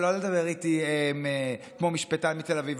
לא לדבר איתי כמו משפטן מתל אביב,